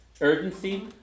urgency